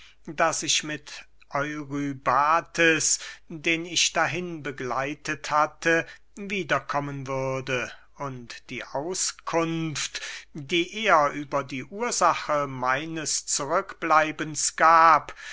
daß ich mit eurybates den ich dahin begleitet hatte wiederkommen würde und die auskunft die er über die ursache meines zurückbleibens gab